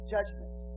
Judgment